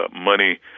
money